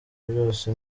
byose